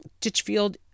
Ditchfield